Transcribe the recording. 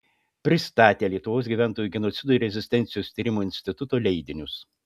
pristatė lietuvos gyventojų genocido ir rezistencijos tyrimo instituto leidinius